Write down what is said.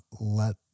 let